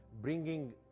bringing